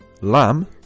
lamb